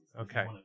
Okay